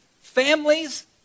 families